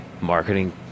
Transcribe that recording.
marketing